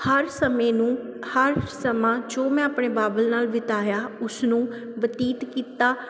ਹਰ ਸਮੇਂ ਨੂੰ ਹਰ ਸਮਾਂ ਜੋ ਮੈਂ ਆਪਣੇ ਬਾਬਲ ਨਾਲ ਬਿਤਾਇਆ ਉਸਨੂੰ ਬਤੀਤ ਕੀਤਾ